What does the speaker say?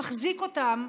שמחזיק אותם,